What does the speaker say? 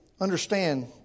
understand